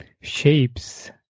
shapes